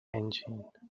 engine